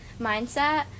mindset